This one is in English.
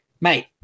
mate